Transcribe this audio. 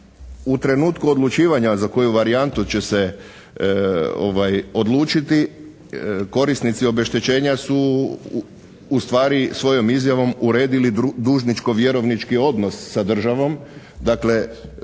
u trenutku odlučivanja za koju varijantu će se odlučiti korisnici obeštećenja su ustvari svojom izjavom uredili dužničko-vjerovnički odnos sa državom.